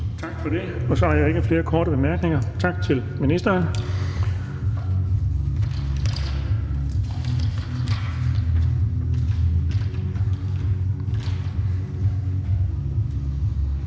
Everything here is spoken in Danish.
Tak for det. Så er der ikke flere korte bemærkninger. Tak til ministeren.